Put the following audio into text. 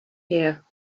here